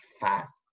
fast